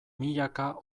milaka